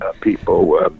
people